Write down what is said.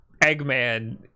Eggman